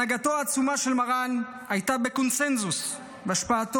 הנהגתו העצומה של מרן הייתה בקונצנזוס והשפעתו